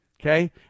okay